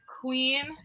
queen